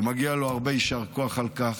מגיע לו הרבה יישר כוח על כך.